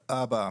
התוצאה הבאה: